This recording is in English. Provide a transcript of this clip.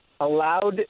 allowed